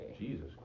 Jesus